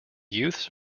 youths